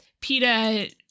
PETA